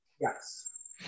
yes